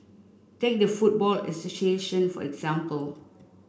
take the football association for example